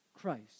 Christ